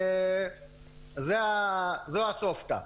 זו אסופתא.